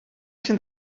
can